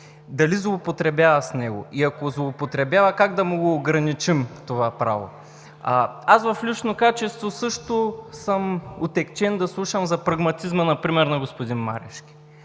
дали злоупотребява с него и ако злоупотребява, как да му ограничим това право. Аз в лично качество съм отегчен да слушам за прагматизма, примерно, на господин Марешки.